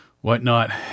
whatnot